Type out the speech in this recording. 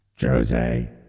Jose